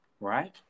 right